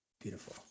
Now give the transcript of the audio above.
beautiful